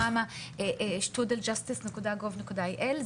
ל-mhm@justice.gov.il .